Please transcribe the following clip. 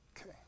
Okay